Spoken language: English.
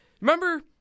Remember